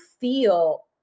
feel